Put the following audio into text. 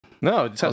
No